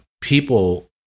people